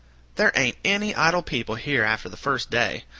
there ain't any idle people here after the first day.